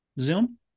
Zoom